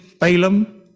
Balaam